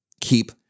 Keep